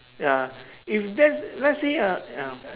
ya if let's let's say uh ya